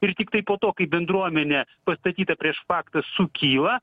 ir tiktai po to kai bendruomenė pastatyta prieš faktą sukyla